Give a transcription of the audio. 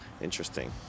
interesting